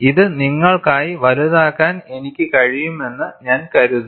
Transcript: ഇത് നിങ്ങൾക്കായി വലുതാക്കാൻ എനിക്ക് കഴിയുമെന്ന് ഞാൻ കരുതുന്നു